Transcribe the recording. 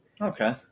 Okay